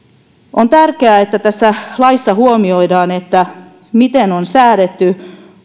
on tärkeää että tässä laissa huomioidaan miten on säädetty